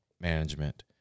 management